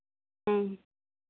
ᱦᱩᱸ